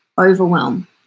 overwhelm